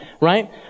right